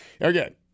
Again